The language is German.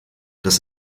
das